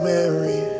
Mary